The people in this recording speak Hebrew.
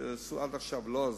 שעשו עד עכשיו לא עזרו,